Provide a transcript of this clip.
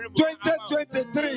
2023